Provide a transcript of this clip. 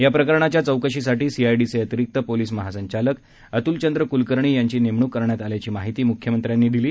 या प्रकरणाच्या चौकशीसाठी सीआयडीचे अतिरीक्त पोलिस महासंचालक अतुलचंद्र कुलकर्णी यांची नेमणूक करण्यात आल्याची माहिती मुख्यमंत्र्यांनी दिली